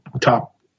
top